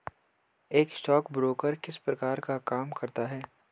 एक स्टॉकब्रोकर किस प्रकार का काम करता है?